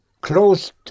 closed